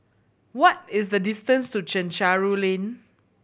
what is the distance to Chencharu Lane